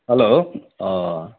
hello